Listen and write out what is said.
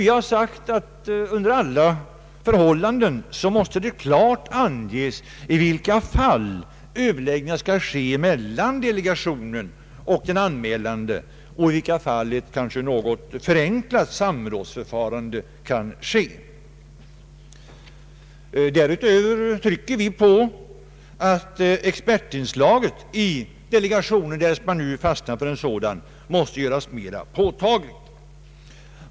Vi har sagt att det under alla förhållande klart måste anges i vilka fall överläggningar skall ske mellan delegationen och den anmälande och i vilka fall ett kanske något förenklat samrådsförfarande kan tillämpas. Därutöver trycker vi på att expertinslaget i delegationen, därest man nu fastnar för en sådan, bör göras mera påtagligt.